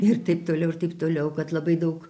ir taip toliau ir taip toliau kad labai daug